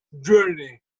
journey